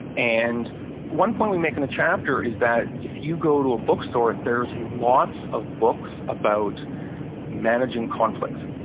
and one point we make in the chapter is that if you go to a bookstore, there's lots of books about managing conflict.